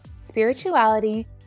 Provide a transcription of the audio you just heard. spirituality